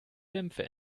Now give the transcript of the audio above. dämpfe